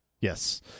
yes